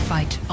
Fight